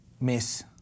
Miss